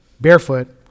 barefoot